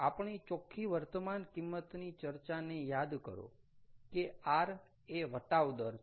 આપણી ચોખ્ખી વર્તમાન કિંમતની ચર્ચાને યાદ કરો કે r એ વટાવ દર છે